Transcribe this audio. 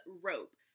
rope